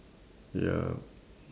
ya